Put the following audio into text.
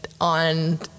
on